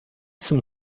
some